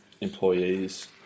employees